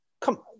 come